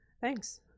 Thanks